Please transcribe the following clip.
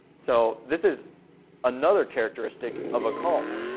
so this is another characteristic of a cult,